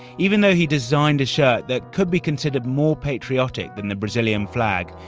even though he designed a shirt that could be considered more patriotic than the brazilian flag,